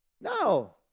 No